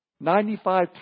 Ninety-five